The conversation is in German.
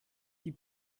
die